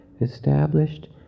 Established